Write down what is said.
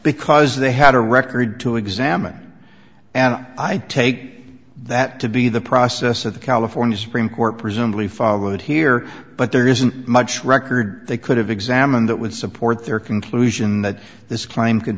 because they had a record to examine and i take that to be the process of the california supreme court presumably followed here but there isn't much record they could have examined that would support their conclusion that this claim